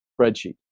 spreadsheet